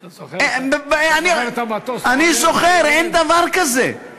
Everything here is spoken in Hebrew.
אתה זוכר את המטוס, עולה ויורד?